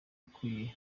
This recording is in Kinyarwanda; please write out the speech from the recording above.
ukwiye